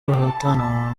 bahatana